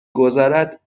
گذرد